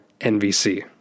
NVC